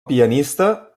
pianista